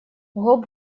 гоп